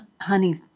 honey